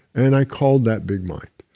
and i called that big mind.